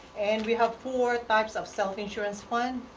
and we have four types of self-insurance fund.